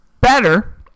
better